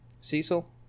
cecil